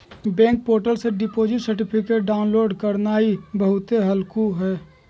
bank portal से deposit certificate download करनाइ बहुते हल्लुक हइ